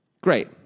Great